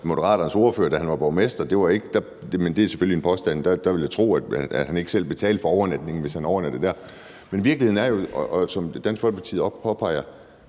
Moderaternes ordfører, da han var borgmester, ikke selv betalte for overnatningen, hvis han overnattede der. Men virkeligheden er jo, som Dansk Folkeparti også påpeger,